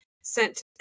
sent